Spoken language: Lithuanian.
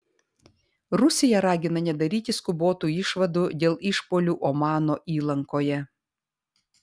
rusija ragina nedaryti skubotų išvadų dėl išpuolių omano įlankoje